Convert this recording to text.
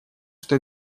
что